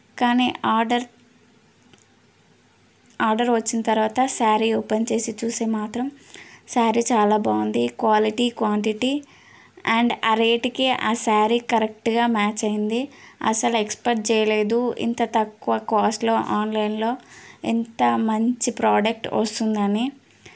కానీ order order వచ్చిన తరువాత స్యారీ ఓపెన్ చేసి చూసి మాత్రం స్యారీ చాలా బాగుంది క్వాలిటీ క్వాంటిటీ అండ్ ఆ రేట్కి ఆ స్యారీ కరెక్టుగా మ్యాచ్ అయింది అసలు ఎక్స్పెక్ట్ చేయలేదు ఇంత తక్కువ కాస్ట్లో ఆన్లైన్లో ఇంత మంచి ప్రోడక్ట్ వస్తుందని